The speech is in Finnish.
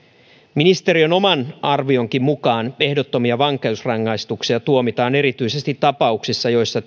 ministeriön omankin arvion mukaan ehdottomia vankeusrangaistuksia tuomitaan erityisesti tapauksissa joissa